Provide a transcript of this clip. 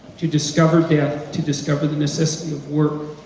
to discover death, to discover the necessity of work,